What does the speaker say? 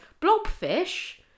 blobfish